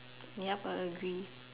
ya I agree